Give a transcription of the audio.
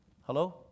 Hello